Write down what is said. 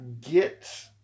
get